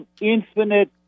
infinite